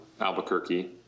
Albuquerque